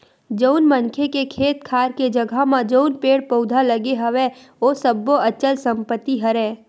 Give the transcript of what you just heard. जउन मनखे के खेत खार के जघा म जउन पेड़ पउधा लगे हवय ओ सब्बो अचल संपत्ति हरय